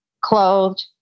clothed